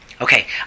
Okay